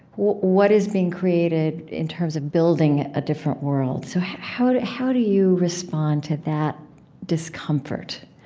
what is being created in terms of building a different world? so how how do you respond to that discomfort?